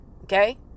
okay